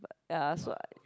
but ya so I